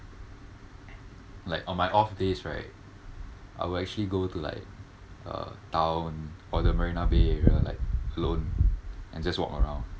like on my off days right I will actually go to like uh town or the marina bay area like alone and just walk around